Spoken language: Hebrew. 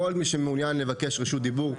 כל מי שמעוניין לבקש רשות דיבור,